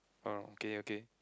oh okay okay